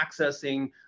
accessing